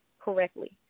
correctly